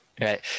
right